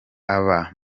aba